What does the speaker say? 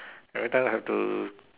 everytime I have to